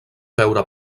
veure